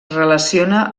relaciona